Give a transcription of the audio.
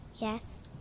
Yes